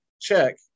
Check